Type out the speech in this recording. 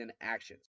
actions